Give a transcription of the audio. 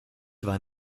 war